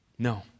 No